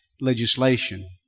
legislation